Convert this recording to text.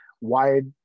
wide